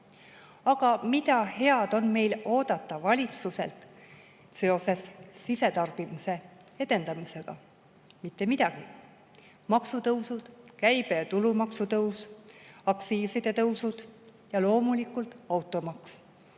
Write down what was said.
Aga mida head on meil oodata valitsuselt seoses sisetarbimise edendamisega? Mitte midagi: maksutõusud, käibe‑ ja tulumaksu tõus, aktsiiside tõusud ja loomulikult automaks.